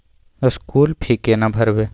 School fee केना भरबै?